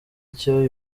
icyo